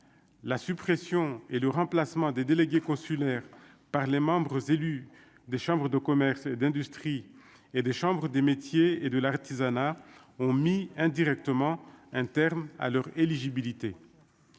la suppression et le remplacement des délégués consulaires par les membres élus des Chambres de commerce et d'industrie et des chambres des métiers et de l'artisanat ont mis indirectement un terme à leur éligibilité